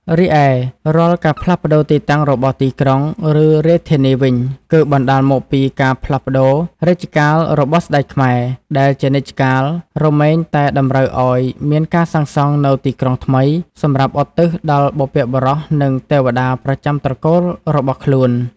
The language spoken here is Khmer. រីឯរាល់ការផ្លាស់ប្តូរទីតាំងរបស់ទីក្រុង ឬ រាជធានីវិញ គឺបណ្តាលមកពីការផ្លាស់ប្តូររជ្ជកាលរបស់ស្តេចខ្មែរ ដែលជានិច្ចកាលរមែងតែតម្រូវឱ្យមានការសាងសង់នូវទីក្រុងថ្មី សម្រាប់ឧទ្ទិសដល់បុព្វបុរសនិងទេវតាប្រចាំត្រកូលរបស់ខ្លួន ។